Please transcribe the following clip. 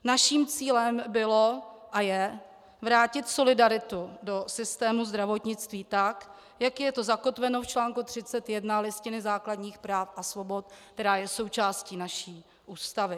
Naším cílem bylo a je vrátit solidaritu do systému zdravotnictví tak, jak je zakotveno v článku 31 Listiny základních práv a svobod, která je součástí naší Ústavy.